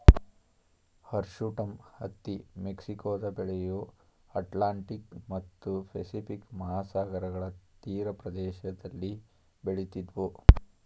hirsutum ಹತ್ತಿ ಮೆಕ್ಸಿಕೊದ ಬೆಳೆಯು ಅಟ್ಲಾಂಟಿಕ್ ಮತ್ತು ಪೆಸಿಫಿಕ್ ಮಹಾಸಾಗರಗಳ ತೀರಪ್ರದೇಶದಲ್ಲಿ ಬೆಳಿತಿದ್ವು